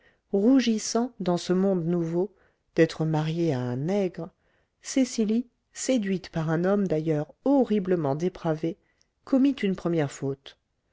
rougissant dans ce monde nouveau d'être mariée à un nègre cecily séduite par un homme d'ailleurs horriblement dépravé commit une première faute